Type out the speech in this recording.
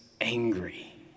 angry